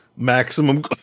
maximum